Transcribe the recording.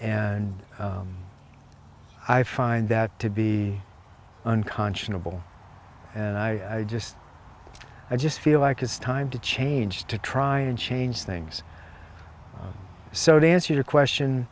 and i find that to be unconscionable and i just i just feel like it's time to change to try and change things so to answer your question